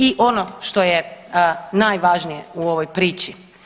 I ono što je najvažnije u ovoj priči.